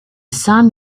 son